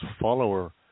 follower